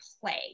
play